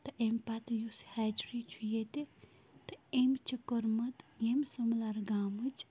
تہٕ اَمۍ پَتہٕ یُس ہیچری چھُ ییٚتہِ تہٕ اَمۍ چھِ کوٚرمُت ییٚمۍ سُملَر گامٕچ